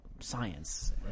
science